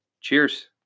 Cheers